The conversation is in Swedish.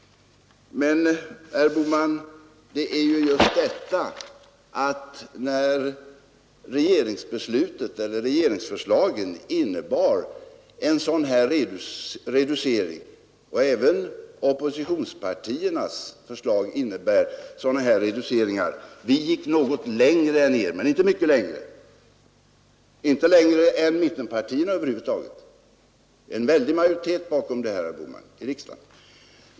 Men, herr Bohman, det är just detta jag menar. Regeringsförslaget innebar en sådan reducering, och även oppositionspartiernas förslag innebar sådana här reduceringar. Vi gick något längre än ni, men inte mycket — över huvud taget inte längre än mittenpartierna. Det fanns en väldig majoritet i riksdagen, herr Bohman, bakom beslutet.